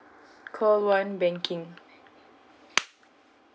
call one banking